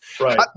Right